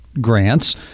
Grants